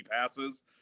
passes